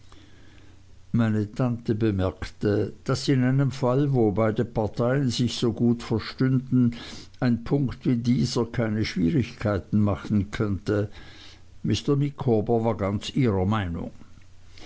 meine tante bemerkte daß in einem falle wo beide parteien sich so gut verstünden ein punkt wie dieser keine schwierigkeiten machen könnte mr micawber war ganz ihrer meinung